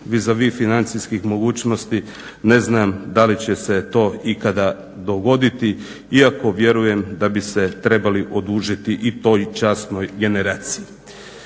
vis-a-vis financijskih mogućnosti ne znam da li će se to ikada dogoditi iako vjerujem da bi se trebali odužiti i toj časnoj generaciji.